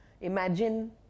Imagine